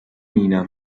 nina